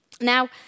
Now